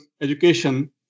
education